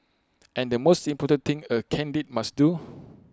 and the most important thing A caddie must do